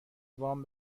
وام